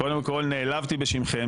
קודם כל אני נעלבתי בשבילכם,